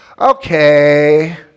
Okay